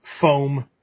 Foam